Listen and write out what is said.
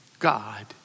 God